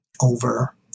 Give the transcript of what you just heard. over